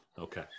Okay